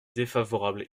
défavorables